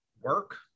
work